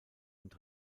und